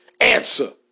answer